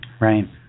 Right